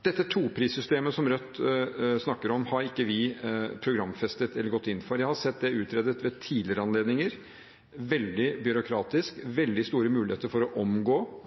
Dette toprissystemet som Rødt snakker om, har ikke vi programfestet eller gått inn for. Jeg har sett det utredet ved tidligere anledninger. Det er veldig byråkratisk, og det er veldig store muligheter for å omgå systemet.